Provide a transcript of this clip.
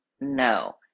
No